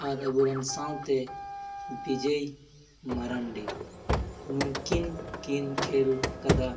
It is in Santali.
ᱟᱨ ᱟᱵᱚᱨᱮᱱ ᱥᱟᱶᱛᱮ ᱵᱤᱡᱚᱭ ᱢᱟᱨᱟᱱᱰᱤ ᱱᱩᱠᱤᱱ ᱠᱤᱱ ᱠᱷᱮᱞ ᱠᱟᱫᱟ